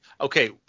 okay